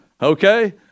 Okay